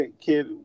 kid